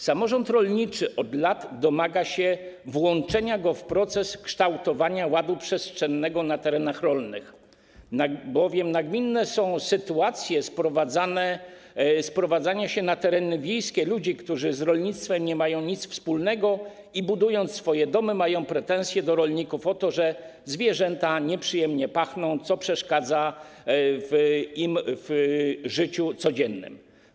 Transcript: Samorząd rolniczy od lat domaga się włączenia go w proces kształtowania ładu przestrzennego na terenach rolnych, bowiem nagminne są sytuacje sprowadzania się na tereny wiejskie ludzi, którzy z rolnictwem nie mają nic wspólnego i budując swoje domy, mają pretensje do rolników o to, że zwierzęta nieprzyjemnie pachną, co przeszkadza im w życiu codziennym.